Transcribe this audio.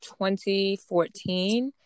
2014